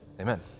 Amen